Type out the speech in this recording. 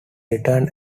returned